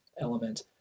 element